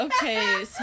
Okay